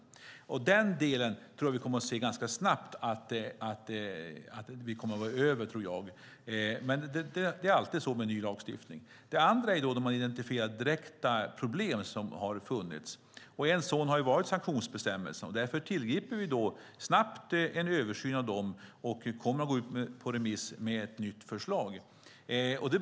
När det gäller den delen tror jag att vi ganska snabbt kommer över svårigheterna. Det andra är att man identifierat de direkta problem som har funnits. Ett sådant har varit sanktionsbestämmelserna. Därför gör vi snabbt en översyn av dem och kommer att skicka ett nytt förslag på remiss.